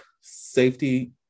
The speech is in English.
safety